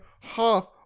half